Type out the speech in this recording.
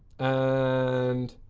and